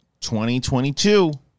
2022